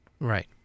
Right